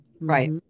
right